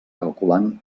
calculant